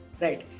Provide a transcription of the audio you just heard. Right